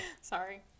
sorry